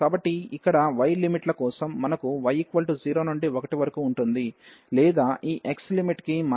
కాబట్టి ఇక్కడ y లిమిట్ల కోసం మనకు y 0 నుండి 1 వరకు ఉంటుంది లేదా ఈ x లిమిట్ కి మనకు y నుండి y ఉంటుంది